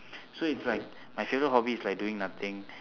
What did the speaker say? so it's like my favourite hobby is like doing nothing